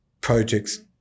projects